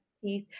teeth